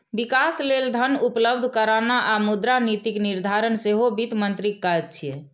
विकास लेल धन उपलब्ध कराना आ मुद्रा नीतिक निर्धारण सेहो वित्त मंत्रीक काज छियै